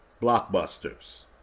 blockbusters